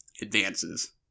advances